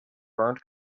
burnt